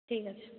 ঠিক আছে